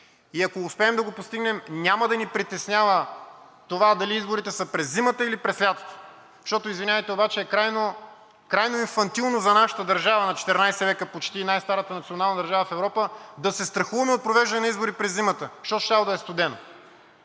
И ако успеем да го постигнем няма да ни притеснява това дали изборите са през зимата или през лятото. Защото, извинявайте, обаче е крайно, крайно инфантилно за нашата държава на XIV века, почти най-старата национална държава в Европа, да се страхуваме от провеждане на избори през зимата, защото щяло да е студено,